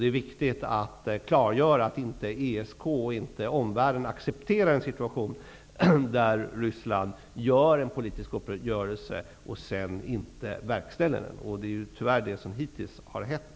Det är viktigt att klargöra att ESK och omvärlden inte accepterar en situation där Ryssland träffar en politisk uppgörelse och sedan inte verkställer den. Det är tyvärr detta som har skett hittills.